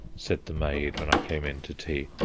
said the maid when i came in to tea.